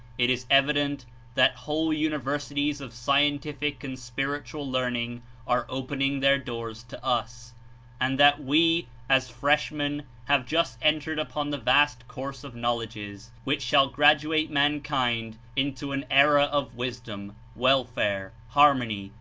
it is evident that whole universities of scientific and spirit ual learning are opening their doors to us and that we, as freshmen, have just entered upon the vast course of knowledges, which shall graduate mankind into an era of wisdom, welfare, harmony,